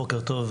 בוקר טוב,